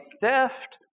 theft